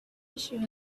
issue